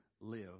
live